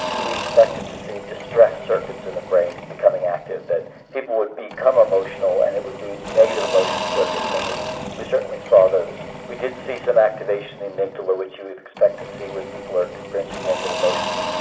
we expected to see distress circuits in the brain becoming active, that people would become emotional and it would be negative emotion circuits and we we certainly saw those. we did see some activation in the amygdala which you would expect to see when people are experiencing negative emotions.